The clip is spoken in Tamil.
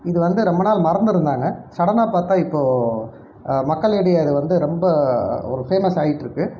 இது வந்து ரொம்ப நாள் மறந்திருந்தாங்க சடனாக பார்த்தா இப்போது மக்களிடையே அது வந்து ரொம்ப ஒரு ஃபேமஸ் ஆயிட்டிருக்கு